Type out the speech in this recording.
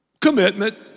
commitment